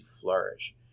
flourish